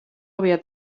había